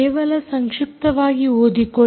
ಕೇವಲ ಸಂಕ್ಷಿಪ್ತವಾಗಿ ಓದಿಕೊಳ್ಳಿ